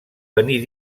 venir